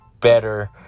better